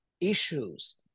issues